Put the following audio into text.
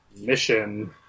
mission